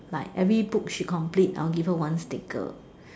like every book she complete I will give her one sticker